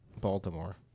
Baltimore